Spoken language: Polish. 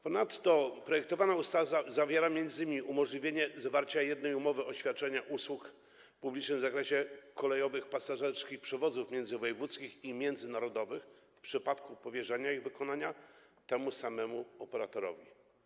Ponadto projektowana ustawa zawiera m.in. umożliwienie zawarcia umowy o świadczenie usług publicznych w zakresie kolejowych pasażerskich przewozów międzywojewódzkich i międzynarodowych w przypadku powierzenia ich wykonywania temu samemu operatorowi.